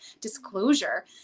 disclosure